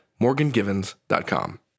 morgangivens.com